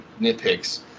nitpicks